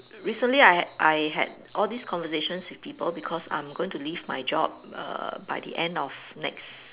recently I h~ I had all these conversations with people because I'm going to leave my job err by the end of next